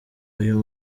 uyu